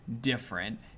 different